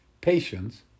patience